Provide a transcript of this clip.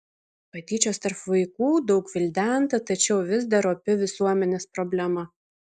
patyčios tarp vaikų daug gvildenta tačiau vis dar opi visuomenės problema